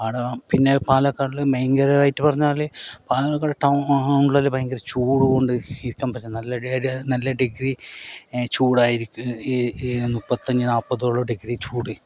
ആടെ പിന്നെ പാലക്കാടിൽ ഭയങ്കരമായിട്ടു പറഞ്ഞാൽ പാലക്കാട് ടൗണിൽ ഭയങ്കര ചൂട് കൊണ്ട് ഇരിക്കാൻ പറ്റില്ല നല്ല നല്ല ഡിഗ്രി ചൂടായിരിക്കും ഈ ഈ മുപ്പത്തഞ്ച് നാൽപ്പതോളം ഡിഗ്രി ചൂട്